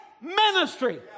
ministry